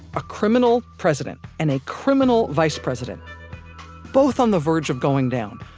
a criminal president and a criminal vice president both on the verge of going down,